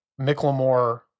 McLemore